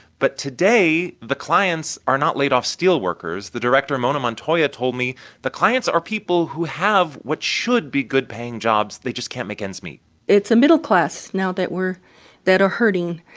but today, the clients are not laid-off steelworkers. the director mona montoya told me the clients are people who have what should be good paying jobs. they just can't make ends meet it's a middle class now that we're that are hurting.